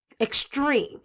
extreme